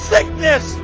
Sickness